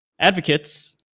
Advocates